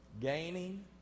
Gaining